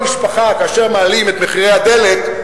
כאשר מעלים את מחירי הדלק,